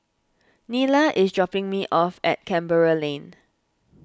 Nyla is dropping me off at Canberra Lane